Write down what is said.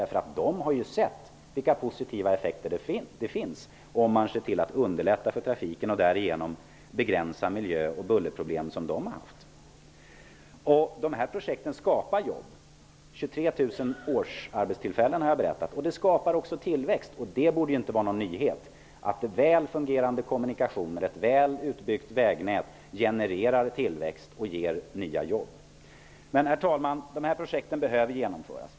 Dessa människor har ju sett de positiva effekterna av att man har underlättat för trafiken och därigenom begränsat de miljö och bullerproblem som de har haft. Dessa projekt skapar jobb. Jag har berättat att de skapar 23 000 arbetstillfällen per år. De skapar också tillväxt. Det borde inte vara någon nyhet att väl fungerande kommunikationer och ett väl utbyggt vägnät genererar tillväxt och ger nya jobb. Herr talman! Dessa projekt behöver genomföras.